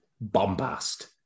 Bombast